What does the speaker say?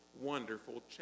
wonderful